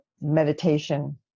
meditation